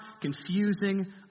confusing